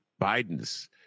Biden's